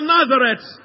Nazareth